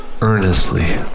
earnestly